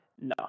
No